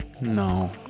No